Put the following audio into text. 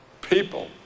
people